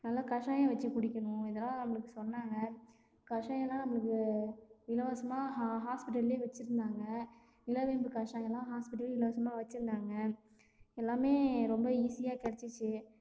நல்லா கஷாயம் வச்சிக் குடிக்கணும் இதெல்லாம் நம்மளுக்கு சொன்னாங்கள் கஷாயம்லாம் நம்மளுக்கு இலவசமாக ஹா ஹாஸ்பிட்டல்லயே வச்சிருந்தாங்கள் நிலவேம்பு கஷாயம்லாம் ஹாஸ்பிட்டல்லயே இலவசமாக வச்சிருந்தாங்கள் எல்லாமே ரொம்ப ஈஸியாக கிடச்சிச்சி